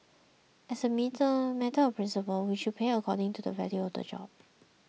as a matter of principle we should pay according to the value of the job